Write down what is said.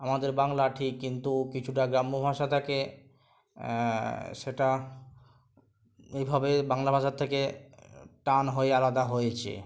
আমাদের বাংলা ঠিক কিন্তু কিছুটা গ্রাম্য ভাষা থাকে সেটা এইভাবে বাংলা ভাষার থেকে টান হয়ে আলাদা হয়েছে